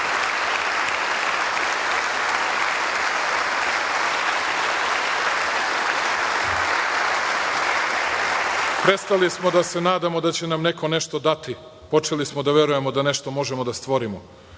nama. Prestali smo da se nadamo da će nam neko nešto dati. Počeli smo da verujemo da nešto možemo da stvorimo.